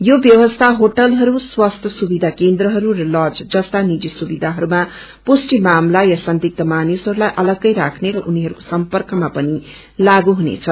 यो व्यवस्था होटलहरू स्वास्थ्य सुविधा केन्द्रहरू र लज जस्ता निजी सुविधाहरूमा पुष्टि मामिला या संदिग्व मानिसहरूलाई अलग्गै राख्ने र उनीहरूको सर्म्पकमा पनि लो हुनेछ